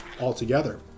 altogether